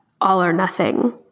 all-or-nothing